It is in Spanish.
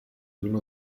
uno